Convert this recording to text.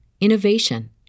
innovation